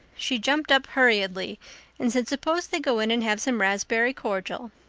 she jumped up hurriedly and said suppose they go in and have some raspberry cordial.